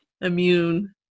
immune